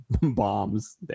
Bombs